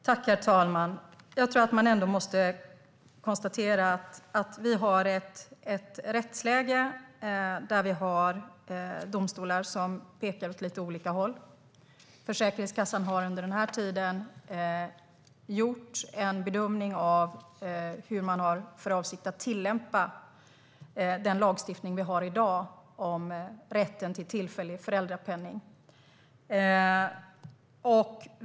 Herr talman! Jag tror att man ändå måste konstatera att vi har ett rättsläge med domar som pekar åt lite olika håll. Försäkringskassan har under den här tiden gjort en bedömning av hur man har för avsikt att tillämpa den lagstiftning vi har i dag om rätten till tillfällig föräldrapenning.